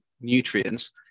nutrients